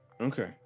okay